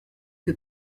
que